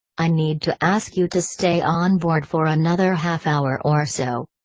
i need to ask you to stay onboard for another half hour or so.